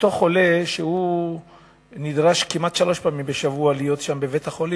חולה נדרש כמעט שלוש פעמים בשבוע להיות בבית-חולים,